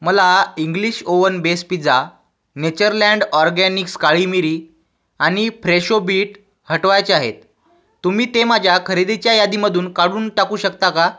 मला English oven base pizza Natureland organics काळी मिरी आणि फ्रेशो बीट हटवायचे आहेत तुम्ही ते माझ्या खरेदीच्या यादीमधून काढून टाकू शकता का